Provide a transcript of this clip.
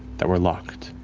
that were locked,